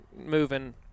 moving